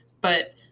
but-